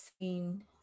seen